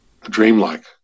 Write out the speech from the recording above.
dreamlike